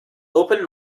open